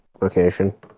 location